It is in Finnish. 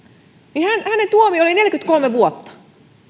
niin hänen tuomionsa oli neljäkymmentäkolme vuotta